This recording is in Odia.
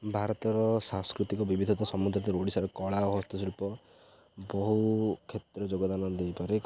ଭାରତର ସାଂସ୍କୃତିକ ବିିବିଧତା ଓଡ଼ିଶାର କଳା ଓ ହସ୍ତଶିଳ୍ପ ବହୁ କ୍ଷେତ୍ରରେ ଯୋଗଦାନ ଦେଇପାରେ